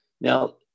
Now